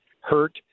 hurt